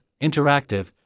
interactive